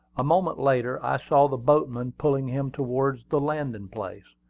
a moment later, i saw the boatman pulling him towards the landing-place.